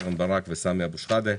קרן ברק וסמי אבו שחאדה.